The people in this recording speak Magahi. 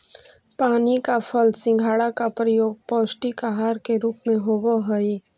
पानी फल सिंघाड़ा का प्रयोग पौष्टिक आहार के रूप में होवअ हई